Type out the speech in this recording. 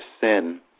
sin